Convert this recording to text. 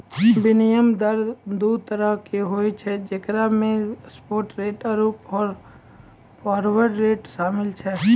विनिमय दर दु तरहो के होय छै जेकरा मे स्पाट रेट आरु फारवर्ड रेट शामिल छै